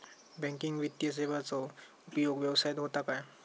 Banking वित्तीय सेवाचो उपयोग व्यवसायात होता काय?